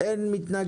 התיקונים שהוכנסו?